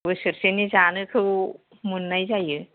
बोसोरसेनि जानोखौ मोननाय जायो